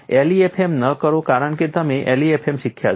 LEFM ન કરો કારણ કે તમે LEFM શીખ્યા છો